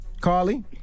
Carly